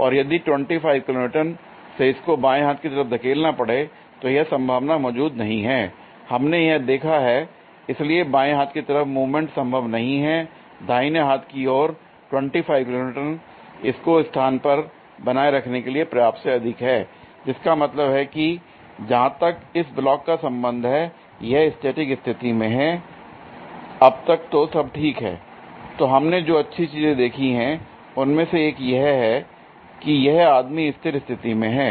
और यदि 25 kilo newton से इसको बाएं हाथ की तरफ धकेलना पड़े तो यह संभावना मौजूद नहीं है हमने यह देखा है l इसलिए बाएं हाथ की तरफ मूवमेंट संभव नहीं है दाहिने हाथ की ओर 25 किलो न्यूटन इसको स्थान पर बनाए रखने के लिए पर्याप्त से अधिक है l जिसका मतलब है कि जहां तक इस ब्लॉक का संबंध है यह स्टैटिक स्थिति में है अब तक तो सब ठीक है l तो हमने जो अच्छी चीजें देखी हैं उनमें से एक यह है कि यह आदमी स्थिर स्थिति में है